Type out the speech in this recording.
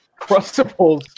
crustables